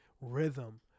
rhythm